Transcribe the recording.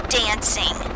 dancing